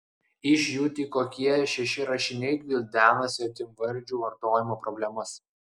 iš jų tik kokie šeši rašiniai gvildena svetimvardžių vartojimo problemas